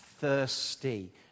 thirsty